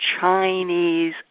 Chinese